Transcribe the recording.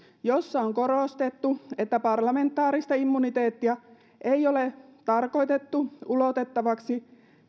jossa on korostettu että parlamentaarista immuniteettia ei ole tarkoitettu ulotettavaksi